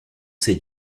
ces